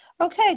Okay